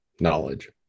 knowledge